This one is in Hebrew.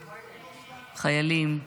חיילים,